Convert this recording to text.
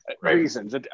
Reasons